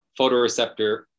photoreceptor